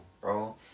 bro